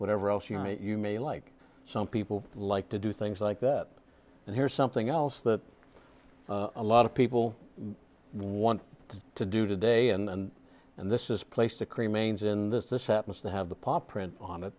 whatever else you might you may like some people like to do things like that and here's something else that a lot of people one to do today and and this is placed a cream manes in this this happens to have the pop print on